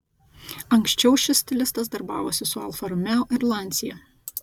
anksčiau šis stilistas darbavosi su alfa romeo ir lancia